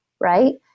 right